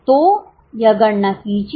तो यह गणना कीजिए